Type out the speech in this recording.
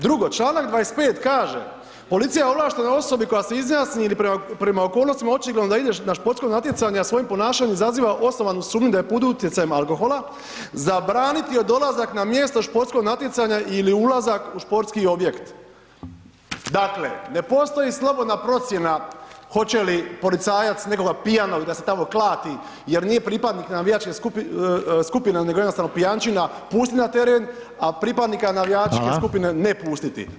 Drugo, čl. 25. kaže: „Policija ovlaštenoj osobi koja se izjasni ili prema okolnostima očigledno da ide na športsko natjecanje a svojim ponašanjem izaziva osnovanu sumnju da je pod utjecajem alkohola, zabraniti joj dolazak na mjesto športskog natjecanja ili ulazak u športski objekt.“ Dakle, ne postoji slobodna procjena hoće li policajac nekoga pijanog da se tamo klati jer nije pripadnik navijačke skupine nego jednostavno pijančina, pustiti na teret a pripadnika navijačke skupine ne pustiti.